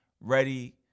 ready